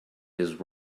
his